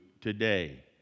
today